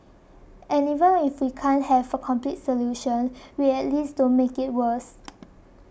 and even if we can't have a complete solution we at least don't make it worse